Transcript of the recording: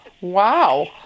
Wow